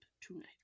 tonight